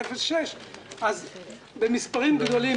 במספרים גדולים,